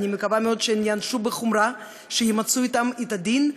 אני מקווה מאוד שהם ייענשו בחומרה וימצו אתם את הדין.